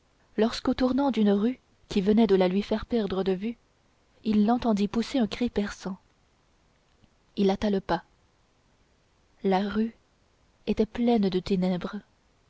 au tournant d'une rue qui venait de la lui faire perdre de vue il l'entendit pousser un cri perçant il hâta le pas la rue était pleine de ténèbres